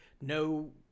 no